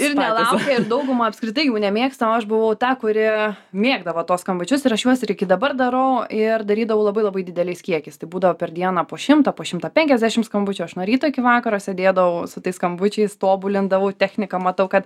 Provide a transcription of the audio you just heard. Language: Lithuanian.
ir nelaukia ir dauguma apskritai jų nemėgsta o aš buvau ta kuri mėgdavo tuos skambučius ir aš juos ir iki dabar darau ir darydavau labai labai didelis kiekis tai būdavo per dieną po šimtą po šimtą penkiasdešim skambučių aš nuo ryto iki vakaro sėdėdavau su tais skambučiais tobulindavau techniką matau kad